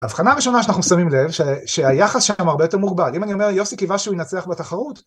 הבחנה הראשונה שאנחנו שמים לב שהיחס שם הרבה יותר מורבד אם אני אומר יוסי קיווה שהוא ינצח בתחרות